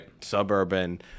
suburban